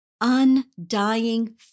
undying